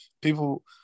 people